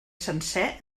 sencer